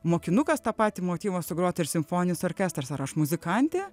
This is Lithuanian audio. mokinukas tą patį motyvą sugrot ir simfoninis orkestras ar aš muzikantė